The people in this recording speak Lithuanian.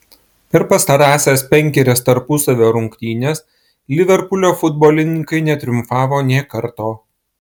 per pastarąsias penkerias tarpusavio rungtynes liverpulio futbolininkai netriumfavo nė karto